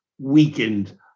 weakened